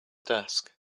desk